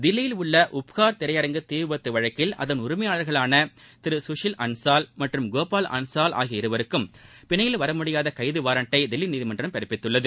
தில்லியில் உள்ள உப்கார் திரையரங்கு தீவிபத்து வழக்கில் அதன் உரிமையாளர்களான சுசில் அன்சால் மற்றும் கோபால் அன்சால் ஆகிய இருவருக்கும் பிணையில் வரமுடியாத கைது வாரண்டை தில்லி நீதிமன்றம் பிறப்பித்துள்ளது